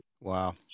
wow